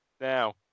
now